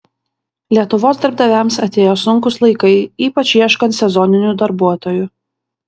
lietuvos darbdaviams atėjo sunkūs laikai ypač ieškant sezoninių darbuotojų